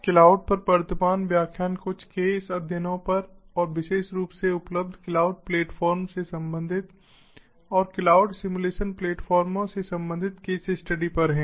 cloud पर वर्तमान व्याख्यान कुछ केस अध्ययनों पर और विशेष रूप से उपलब्ध क्लाउड प्लेटफॉर्म से संबंधित और क्लाउड सिम्युलेशन प्लेटफॉर्मों से संबंधित केस स्टडी पर है